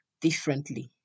differently